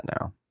now